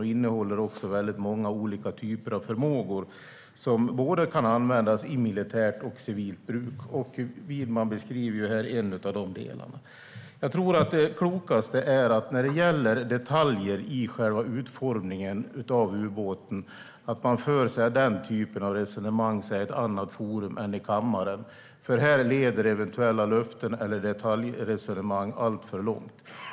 Det innehåller också väldigt många olika typer av förmågor som kan användas för både militärt och civilt bruk. Widman beskriver här en av de delarna. När det gäller detaljer i själva utformningen av ubåten tror jag att det klokaste är att man för den typen av resonemang i ett annat forum än kammaren, för här leder eventuella löften eller detaljresonemang allt för långt.